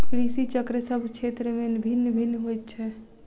कृषि चक्र सभ क्षेत्र मे भिन्न भिन्न होइत छै